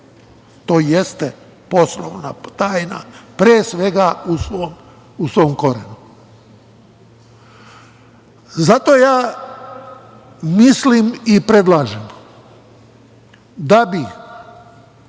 To jeste poslovna tajna pre svega, u svom korenu. Zato mislim i predlažem da bi